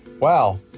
wow